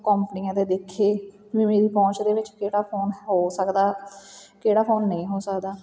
ਕੰਪਨੀਆਂ ਦੇ ਦੇਖੇ ਵੀ ਮੇਰੀ ਪਹੁੰਚ ਦੇ ਵਿੱਚ ਕਿਹੜਾ ਫੋਨ ਹੋ ਸਕਦਾ ਕਿਹੜਾ ਫੋਨ ਨਹੀਂ ਹੋ ਸਕਦਾ